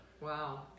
Wow